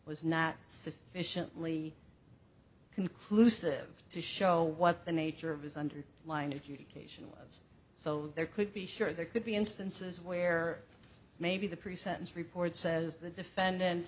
was not sufficiently conclusive to show what the nature of his hundred line of communication so there could be sure there could be instances where maybe the pre sentence report says the defendant